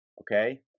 okay